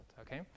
okay